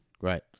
right